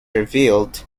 revealed